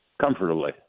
comfortably